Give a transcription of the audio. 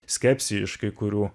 skepsį iš kai kurių